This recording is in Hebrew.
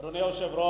אדוני היושב-ראש,